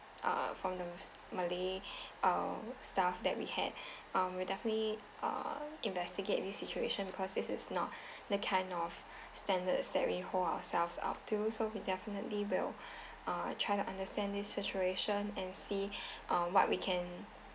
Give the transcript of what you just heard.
uh from the mus~ malay uh staff that we had um we'll definitely uh investigate this situation because this is not the kind of standards that we hold ourselves up to so we definitely will uh try to understand this situation and see uh what we can